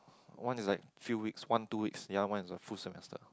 one is like few weeks one two weeks yea one is on food semester